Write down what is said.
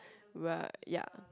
we're ya